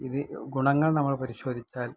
ഇനി ഗുണങ്ങള് നമ്മള് പരിശോധിച്ചാല്